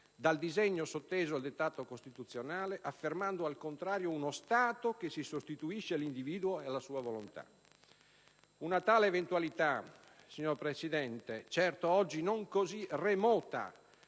dal disegno sotteso al dettato costituzionale, affermando, al contrario, uno Stato che si sostituisce all'individuo ed alla sua volontà. Una tale eventualità, signor Presidente, certo oggi non così remota,